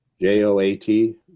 J-O-A-T